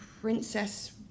Princess